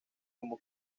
como